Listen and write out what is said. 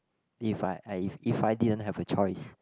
if I I if I didn't have a choice